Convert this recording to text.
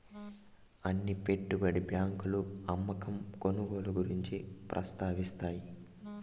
అన్ని పెట్టుబడి బ్యాంకులు అమ్మకం కొనుగోలు గురించి ప్రస్తావిస్తాయి